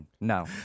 No